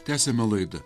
tęsiame laidą